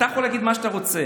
אתה יכול להגיד מה שאתה רוצה.